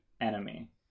enemy